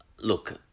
Look